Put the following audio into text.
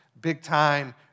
big-time